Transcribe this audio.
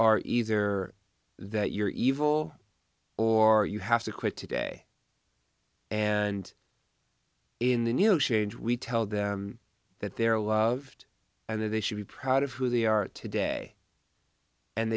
are either that you're evil or you have to quit today and in the new no change we tell them that they're loved and that they should be proud of who they are today and